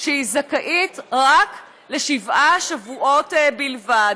שהיא זכאית לשבעה שבועות בלבד.